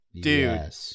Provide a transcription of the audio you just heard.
dude